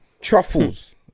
truffles